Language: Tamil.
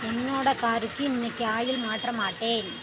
என்னோடய காருக்கு இன்றைக்கி ஆயில் மாற்ற மாட்டேன்